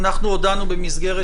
התשפ"א 2021. אנחנו הודענו במסגרת